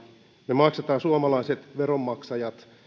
me suomalaiset veronmaksajat maksamme